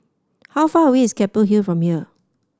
how far away is Keppel Hill from here